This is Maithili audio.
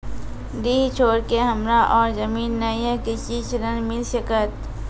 डीह छोर के हमरा और जमीन ने ये कृषि ऋण मिल सकत?